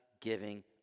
giving